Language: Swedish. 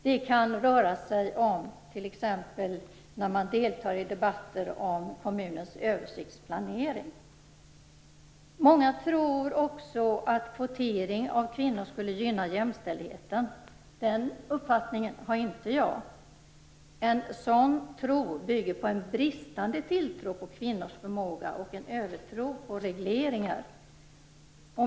Det kan röra sig om när de t.ex. deltar i debatter om kommunens översiktsplanering. Många tror också att kvotering av kvinnor skulle gynna jämställdheten. Den uppfattningen har inte jag. En sådan tro bygger på en bristande tilltro till kvinnors förmåga och en övertro på regleringar.